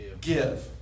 give